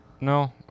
No